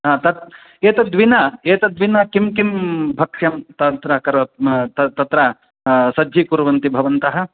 हा तत् एतद्विना एतद्विना किं किं भक्ष्यं तत्र करोति तत्र सज्जीकुर्वन्ति भवन्तः